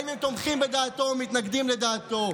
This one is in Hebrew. אם הם תומכים בדעתו או מתנגדים לדעתו.